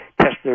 Tesla